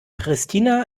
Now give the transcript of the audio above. pristina